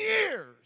years